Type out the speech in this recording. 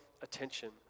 attention